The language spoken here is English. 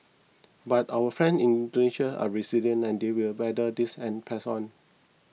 but our friends in Indonesia are resilient and they will weather this and press on